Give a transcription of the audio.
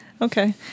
okay